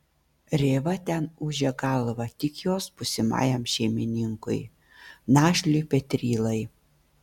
rėva ten ūžė galvą tik jos būsimajam šeimininkui našliui petrylai